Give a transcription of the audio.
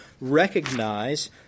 recognize